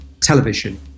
television